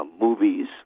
movies